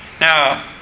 Now